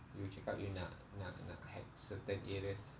you cakap you nak nak nak hack certain areas